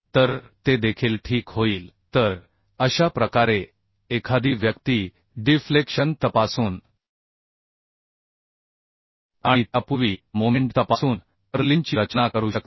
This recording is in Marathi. तर ते देखील ठीक होईल तर अशा प्रकारे एखादी व्यक्ती डिफ्लेक्शन तपासून आणि त्यापूर्वी मोमेंट तपासून पर्लिनची रचना करू शकते